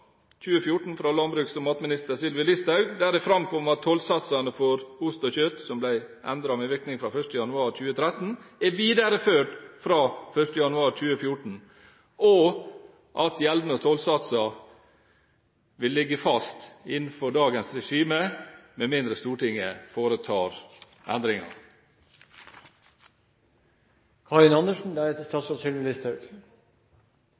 2014 fra landbruks- og matminister Sylvi Listhaug, der det framkom at tollsatsene for ost og kjøtt – som ble endret med virkning fra 1. januar 2013 – er videreført fra 1. januar 2014, og at gjeldende tollsatser vil ligge fast innenfor dagens regime, med mindre Stortinget foretar endringer.